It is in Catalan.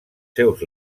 seus